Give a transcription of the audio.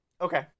Okay